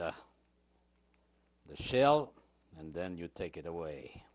break the shell and then you take it away